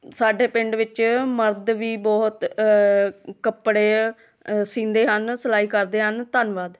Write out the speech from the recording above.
ਸਾਡੇ ਪਿੰਡ ਵਿੱਚ ਮਰਦ ਵੀ ਬਹੁਤ ਕੱਪੜੇ ਸਿਉਂਦੇ ਹਨ ਸਿਲਾਈ ਕਰਦੇ ਹਨ ਧੰਨਵਾਦ